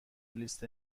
لیست